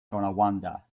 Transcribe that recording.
tonawanda